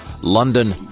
London